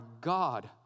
God